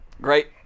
Great